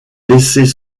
laisser